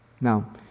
Now